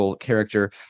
character